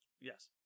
Yes